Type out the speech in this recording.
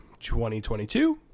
2022